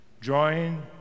join